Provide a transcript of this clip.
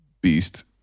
beast